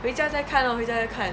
回家再看 lor 回家再看